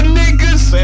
niggas